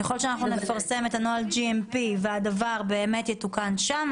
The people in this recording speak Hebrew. ככל שאנחנו נפרסם את נוהל GMP והדבר באמת יתוקן שם,